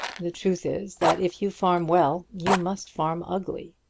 the truth is that if you farm well, you must farm ugly.